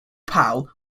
pal